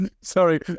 Sorry